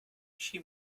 she